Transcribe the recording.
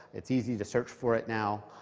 it's easy to search for it now.